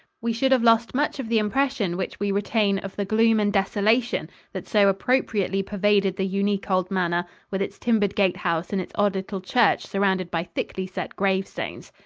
we should have lost much of the impression which we retain of the gloom and desolation that so appropriately pervaded the unique old manor with its timbered gatehouse and its odd little church surrounded by thickly set gravestones.